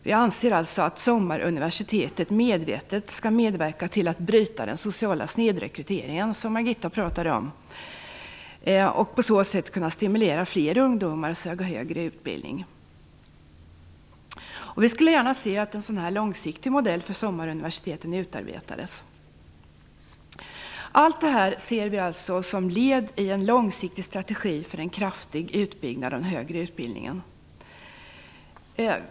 Vi anser alltså att sommaruniversitetet medvetet skall medverka till att bryta den sociala snedrekryteringen, som Margitta Edgren pratade om, och på så sätt stimulera fler ungdomar att söka högre utbildning. Vi skulle gärna se att en långsiktig modell för sommaruniversiteten utarbetas. Allt detta ser vi som led i en långsiktig strategi för en kraftig utbyggnad av den högre utbildningen.